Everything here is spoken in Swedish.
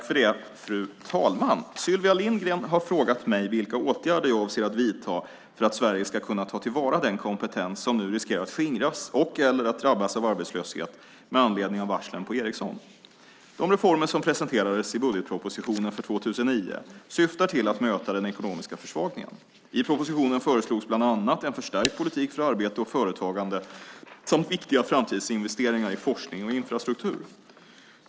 Fru talman! Sylvia Lindgren har frågat mig vilka åtgärder jag avser att vidta för att Sverige ska kunna ta till vara den kompetens som nu riskerar att skingras och/eller att drabbas av arbetslöshet med anledning av varslen på Ericsson. De reformer som presenterades i budgetpropositionen för 2009 syftar till att möta den ekonomiska försvagningen. I propositionen föreslogs bland annat en förstärkt politik för arbete och företagande samt viktiga framtidsinvesteringar i forskning och infrastruktur.